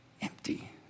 empty